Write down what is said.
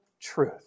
truth